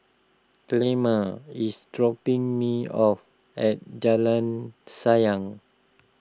Clemma is dropping me off at Jalan Sayang